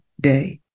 day